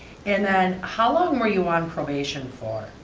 and then how long were you on probation for?